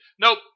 Nope